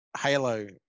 Halo